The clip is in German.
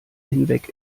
hinweg